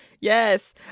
Yes